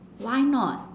why not